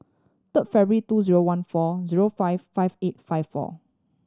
third February two zero one four zero five five eight five four